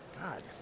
God